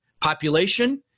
population